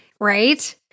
right